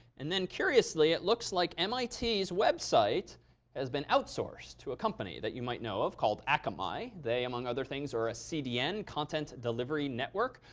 and then curiously, it looks like um ah mit's website has been outsourced to a company that you might know of called akamai. they, among other things, are a cdn content delivery network.